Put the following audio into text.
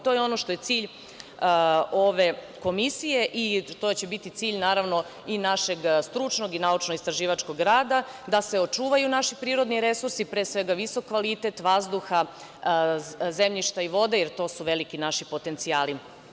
To je ono što je cilj ove komisije i to će biti cilj i našeg stručnog i naučnog istraživačkog rada, da se očuvaju naši prirodni resursi, pre svega visok kvalitet vazduha, zemljišta i vode, jer to su veliki naši potencijali.